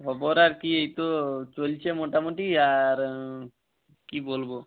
খবর আর কী এই তো চলছে মোটামুটি আর কী বলব